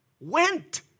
went